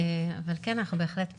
אבל כן, אנחנו בהחלט פועלות.